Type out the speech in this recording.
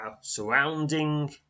surrounding